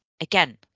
again